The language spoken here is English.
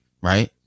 right